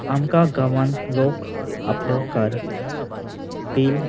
आमकां गांवांत लोक आपलो कार पील